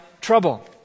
trouble